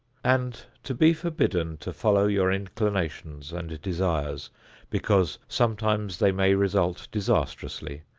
and to be forbidden to follow your inclinations and desires because sometimes they may result disastrously,